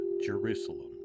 Jerusalem